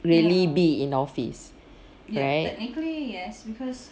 really be in office right